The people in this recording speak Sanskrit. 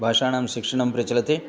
भाषाणां शिक्षणं प्रचलति